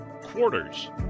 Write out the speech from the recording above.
Quarters